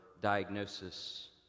diagnosis